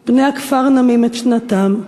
שנייה./ בני הכפר נמים את שנתם,